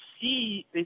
see